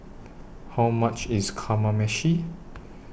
How much IS Kamameshi